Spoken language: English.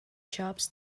jobs